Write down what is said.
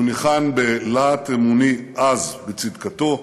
הוא ניחן בלהט אמוני עז בצדקתו,